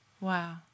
Wow